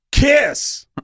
Kiss